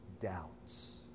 doubts